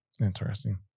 Interesting